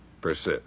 persist